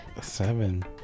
seven